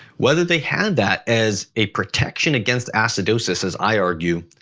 whether they had that as a protection against acidosis as i argue,